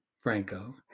Franco